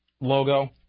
logo